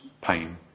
pain